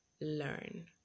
learn